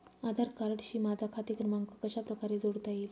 आधार कार्डशी माझा खाते क्रमांक कशाप्रकारे जोडता येईल?